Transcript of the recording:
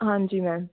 ਹਾਂਜੀ ਮੈਮ